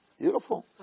Beautiful